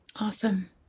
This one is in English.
Awesome